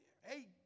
Hey